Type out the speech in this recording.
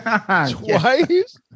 Twice